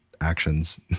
actions